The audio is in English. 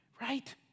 right